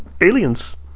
aliens